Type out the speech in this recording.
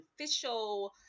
official